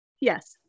Yes